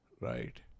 Right